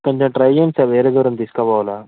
కొంచెం ట్రై చేయండి సార్ వేరే దూరం తీసుకుపోవాలి